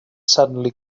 suddenly